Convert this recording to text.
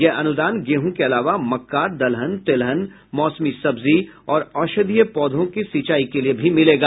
यह अनुदान गेहूं के अलावा मक्का दलहन तेलहन मौसमी सब्जी और औषधिये पौधों की सिंचाई के लिये भी मिलेगा